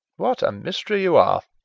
what a mystery you are!